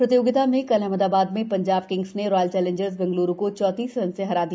प्रतियोगिता में कल अहमदाबाद में जाब किंग्स ने रॉयल चैलेंजर्स बैंगलोर को चौंतीस रन से हरा दिया